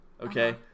Okay